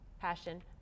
passion